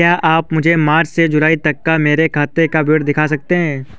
क्या आप मुझे मार्च से जूलाई तक की मेरे खाता का विवरण दिखा सकते हैं?